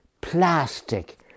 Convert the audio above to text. plastic